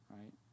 right